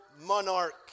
Monarch